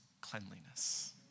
cleanliness